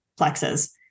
plexes